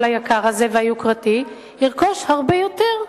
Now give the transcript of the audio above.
היקר והיוקרתי הזה ירכוש הרבה יותר,